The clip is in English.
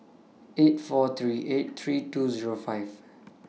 eight four three eight three two Zero five